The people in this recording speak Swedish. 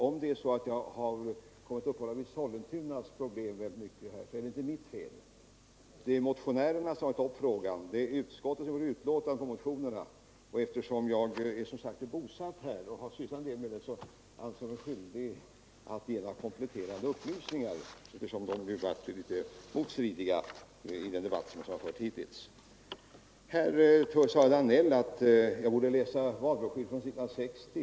Om det är så att jag har kommit att uppehålla mig mycket vid Sollentunas problem, så är det inte mitt fel — det är motionärerna som har tagit upp frågan och utskottet som skrivit betänkandet om motionerna. Eftersom jag är bosatt i Sollentuna och har sysslat en hel del med frågan anser jag mig skyldig att lämna några kompletterande upplysningar — uppgifterna har varit motstridiga i den debatt som förts hittills. Herr Danell sade att jag borde läsa valbroschyren från 1960.